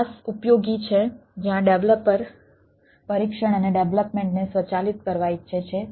PaaS ઉપયોગી છે જ્યાં ડેવલપર પરીક્ષણ અને ડેવલપમેન્ટને સ્વચાલિત કરવા ઈચ્છે છે